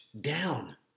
down